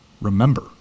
remember